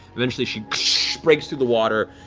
eventually she breaks through the water,